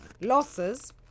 Losses